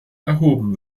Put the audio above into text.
erhoben